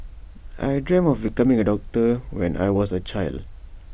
I dreamt of becoming A doctor when I was A child